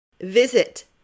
Visit